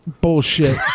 Bullshit